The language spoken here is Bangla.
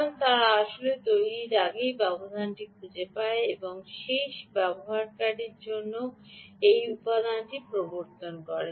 কারণ তারা আসলে তৈরির আগেই ব্যবধানটি খুঁজে পায় এবং শেষ ব্যবহারকারীটির জন্য সেই উপাদানটি প্রবর্তন করে